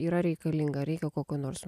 yra reikalinga reikia kokių nors